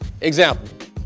Example